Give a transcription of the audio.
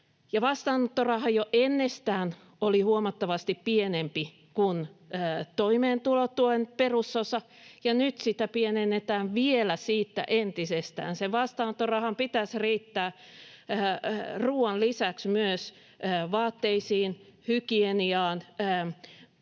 vastaanottoraha jo ennestään oli huomattavasti pienempi kuin toimeentulotuen perusosa, ja nyt sitä pienennetään vielä siitä entisestään. Sen vastaanottorahan pitäisi riittää ruuan lisäksi vaatteisiin, hygieniaan, siihen